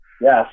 Yes